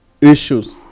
issues